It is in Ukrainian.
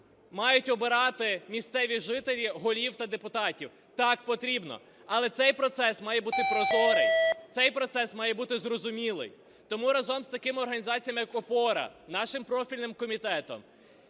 мають обирати місцеві жителі голів та депутатів? Так, потрібно. Але цей процес має бути прозорий, цей процес має бути зрозумілий. Тому разом з такими організаціями, як "Опора", нашим профільним комітетом,